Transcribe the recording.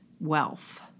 wealth